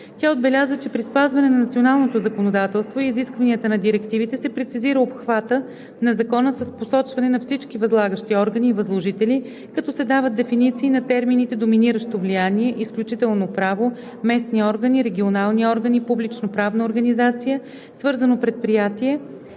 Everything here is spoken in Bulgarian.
Тя отбеляза, че при спазване на националното законодателство и изискванията на директивите се прецизира обхватът на закона с посочване на всички възлагащи органи и възложители, като се дават дефиниции на термините „доминиращо влияние“, „изключително право“, „местни органи“, „регионални органи“, „публичноправна организация“, „свързано предприятие“,